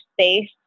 space